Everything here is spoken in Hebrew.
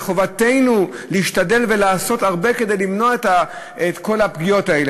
וחובתנו להשתדל ולעשות הרבה כדי למנוע את כל הפגיעות האלה.